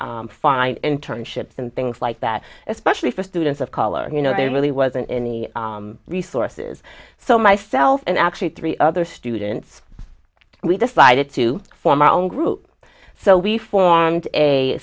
find and turn ships and things like that especially for students of color you know there really wasn't any resources so my self and actually three other students we decided to form our own group so we formed a